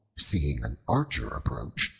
seeing an archer approach,